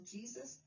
Jesus